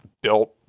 built